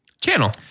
Channel